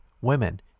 women